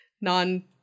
non